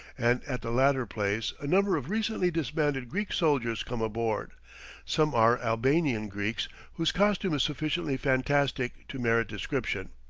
and at the latter place a number of recently disbanded greek soldiers come aboard some are albanian greeks whose costume is sufficiently fantastic to merit description.